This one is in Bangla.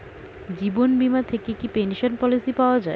জীবন বীমা থেকে কি পেনশন পলিসি পাওয়া যায়?